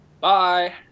Bye